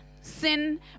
Sin